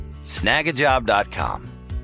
snagajob.com